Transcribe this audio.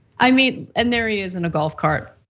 i mean and there he is in a golf cart.